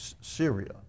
Syria